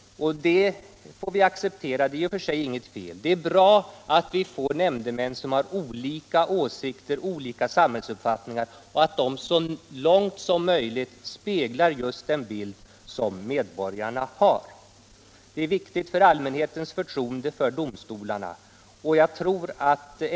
Det får vi acceptera. Det är inget fel i det. Det är viktigt att vi får nämndemän som har olika åsikter, olika samhällsuppfattningar, och att de så långt möjligt speglar just den uppfattning som medborgarna har. Det är viktigt för allmänhetens förtroende för domstolarna.